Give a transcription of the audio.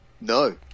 No